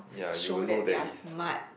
show that they are smart